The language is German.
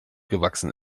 gewachsen